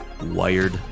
Wired